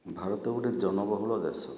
ଭାରତ ଗୁଟେ ଜନ ବହୁଳ ଦେଶ